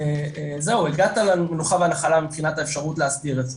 זהו הגעת למנוחה והנחלה מבחינת האפשרות להסדיר את זה.